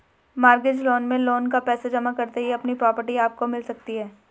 mortgage loan में loan का पैसा जमा करते ही अपनी प्रॉपर्टी आपको मिल सकती है